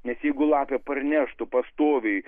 nes jeigu lapė parneštų pastoviai